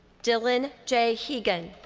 dylan j. hegan.